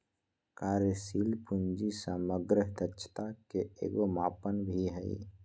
कार्यशील पूंजी समग्र दक्षता के एगो मापन भी हइ